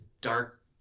dark